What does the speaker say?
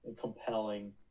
compelling